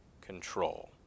control